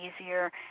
easier